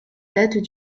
datent